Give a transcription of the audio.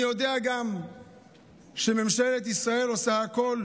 אני יודע גם שממשלת ישראל עושה הכול